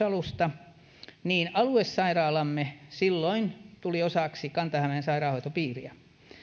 alusta niin aluesairaalamme silloin tuli osaksi kanta hämeen sairaanhoitopiiriä